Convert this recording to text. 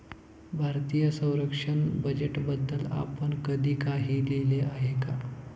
भारतीय संरक्षण बजेटबद्दल आपण कधी काही लिहिले आहे का?